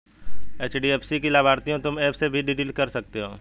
HDFC की लाभार्थियों तुम एप से भी डिलीट कर सकते हो